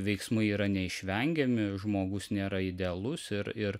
veiksmai yra neišvengiami žmogus nėra idealus ir ir